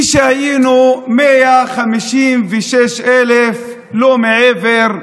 כשהיינו 156,000, לא מעבר,